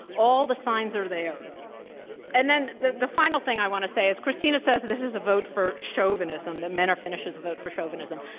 all the signs are there. so and then the the final thing i want to say is, christina says this is a vote for chauvinism, that men are finished is a vote for chauvinism.